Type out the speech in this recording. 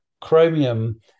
chromium